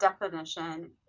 definition